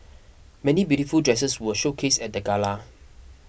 many beautiful dresses were showcased at the gala